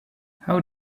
how